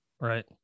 Right